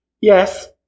Yes